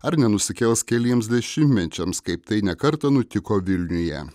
ar nenusikels keliems dešimtmečiams kaip tai ne kartą nutiko vilniuje